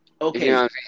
Okay